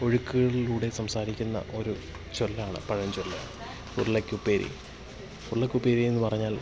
ഒഴുക്കുകളിലൂടെ സംസാരിക്കുന്ന ഒരു ചൊല്ലാണ് പഴഞ്ചൊല്ല് ഉരുളക്കുപ്പേരി ഉരുളക്കുപ്പേരി എന്ന് പറഞ്ഞാൽ